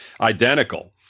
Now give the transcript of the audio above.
identical